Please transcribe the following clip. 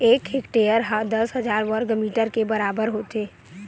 एक हेक्टेअर हा दस हजार वर्ग मीटर के बराबर होथे